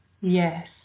yes